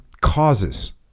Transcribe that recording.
Causes